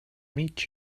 meet